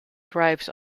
drives